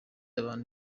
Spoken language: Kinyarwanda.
abantu